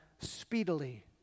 speedily